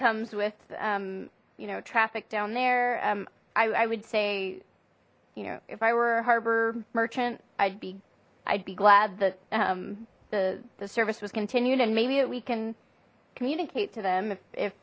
comes with you know traffic down there um i would say you know if i were harbor merchants i'd be i'd be glad that um the the service was continued and maybe it we can communicate to them if